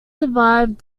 survived